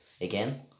Again